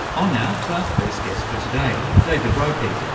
on now to our first guest for today, david ropeik,